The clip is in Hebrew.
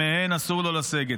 שמהן אסור לו לסגת.